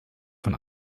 von